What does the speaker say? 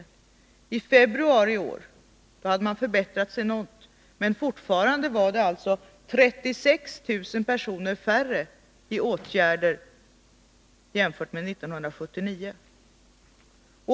I februari i år hade det blivit någon förbättring, men det var ändå 36 000 personer färre i arbetsmarknadsåtgärder än 1979.